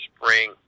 Spring